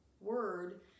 word